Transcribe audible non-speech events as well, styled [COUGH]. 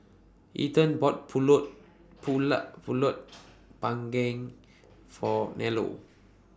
Ethan bought Pulut [UNINTELLIGIBLE] Pulut Panggang For Nello